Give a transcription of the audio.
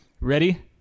Ready